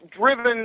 driven